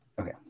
Okay